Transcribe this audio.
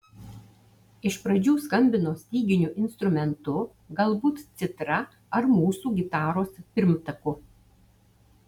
iš pradžių skambino styginiu instrumentu galbūt citra ar mūsų gitaros pirmtaku